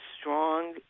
strong